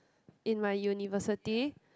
in my university